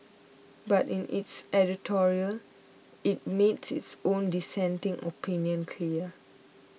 but in its editorial it made its own dissenting opinion clear